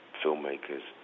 filmmakers